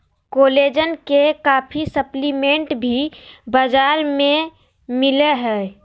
collagen के काफी supplement भी बाजार में मिल हइ